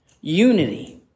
Unity